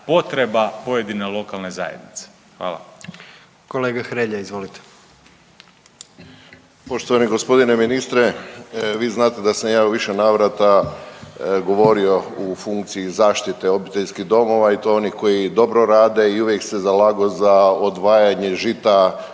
Kolega Hrelja, izvolite. **Hrelja, Silvano (HSU)** Poštovani g. ministre. Vi znat da sam ja u više navrata govorio u funkciji zaštite obiteljskih domova i to onih koji dobro rade i uvijek se zalagao za odvajanje žita